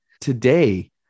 Today